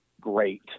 great